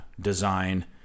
design